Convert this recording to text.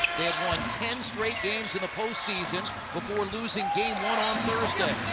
won ten straight games in the postseason before losing game one on thursday.